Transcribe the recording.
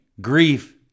grief